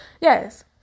yes